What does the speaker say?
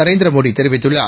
நரேந்திரமோடிதெரிவித்துள்ளார்